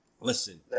Listen